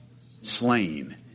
slain